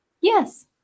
Yes